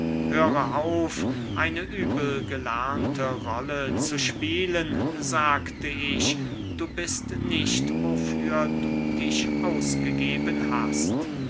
höre auf eine übel gelernte rolle zu spielen sagte ich du bist nicht wofür du dich ausgegeben hast